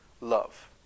love